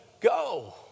go